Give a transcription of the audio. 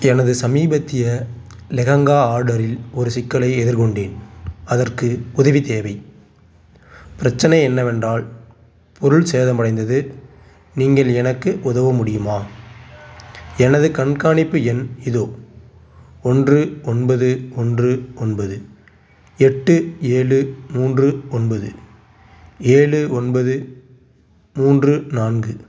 எனது சமீபத்திய லெஹங்கா ஆர்டரில் ஒரு சிக்கலை எதிர்கொண்டேன் அதற்கு உதவி தேவை பிரச்சினை என்னவென்றால் பொருள் சேதமடைந்தது நீங்கள் எனக்கு உதவ முடியுமா எனது கண்காணிப்பு எண் இதோ ஒன்று ஒன்பது ஒன்று ஒன்பது எட்டு ஏழு மூன்று ஒன்பது ஏழு ஒன்பது மூன்று நான்கு